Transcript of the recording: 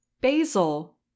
basil